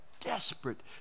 desperate